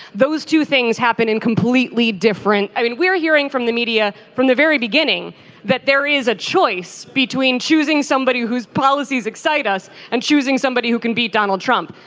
those two things happen and completely different. i mean we're hearing hearing from the media from the very beginning that there is a choice between choosing somebody whose policies excite us and choosing somebody who can beat donald trump.